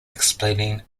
explaining